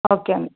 ഒക്കെയെന്നാൽ